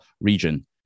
region